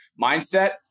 mindset